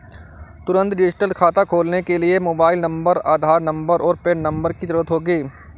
तुंरत डिजिटल खाता खोलने के लिए मोबाइल नंबर, आधार नंबर, और पेन नंबर की ज़रूरत होगी